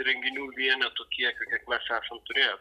renginių vienetų kiekiu kiek mes esam turėję